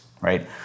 right